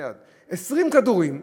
20 כדורים.